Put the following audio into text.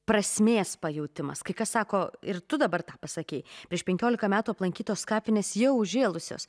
prasmės pajautimas kai kas sako ir tu dabar tą pasakei prieš penkiolika metų aplankytos kapinės jau užžėlusios